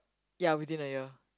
ya within a year